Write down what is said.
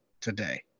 today